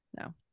No